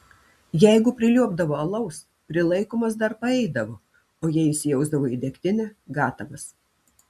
jeigu priliuobdavo alaus prilaikomas dar paeidavo o jei įsijausdavo į degtinę gatavas